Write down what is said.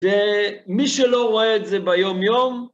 ומי שלא רואה את זה ביום-יום,